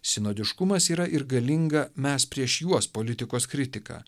sinodiškumas yra ir galinga mes prieš juos politikos kritika